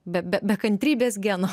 be be be kantrybės geno